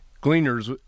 Gleaners